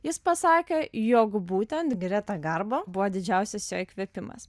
jis pasakė jog būtent greta garbo buvo didžiausias jo įkvėpimas